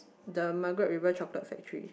the Margaret River chocolate factory